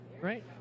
Right